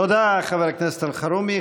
תודה, חבר הכנסת אלחרומי.